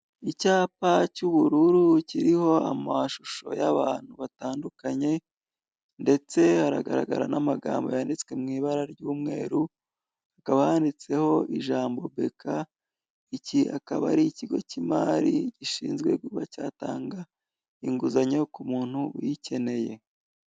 Icyapa cy'ubururu kiriho amashusho y'abantu batandukanye ndetse haragaraga n'amagambo yanditswe mu ibara ry'umweru hakaba handitseho ijambo Bk, iki akaba ari ikigo k'imari gishinzwe kuba cyatanga inguzanyo k'umuntu uyikeneye.